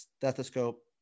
stethoscope